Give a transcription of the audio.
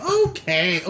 okay